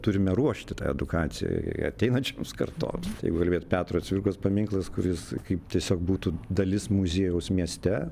turime ruošti tą edukaciją ateinančioms kartoms jeigu kalbėt petro cvirkos paminklas kuris kaip tiesiog būtų dalis muziejaus mieste